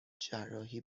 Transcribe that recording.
جراحی